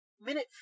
Minute